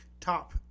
Top